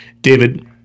David